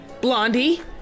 Blondie